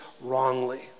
wrongly